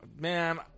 Man